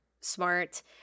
smart